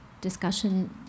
discussion